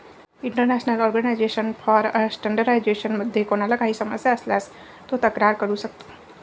international organization for standardization मध्ये कोणाला काही समस्या असल्यास तो तक्रार करू शकतो